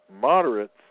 moderates